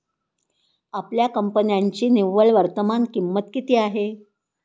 आपल्या कंपन्यांची निव्वळ वर्तमान किंमत किती आहे?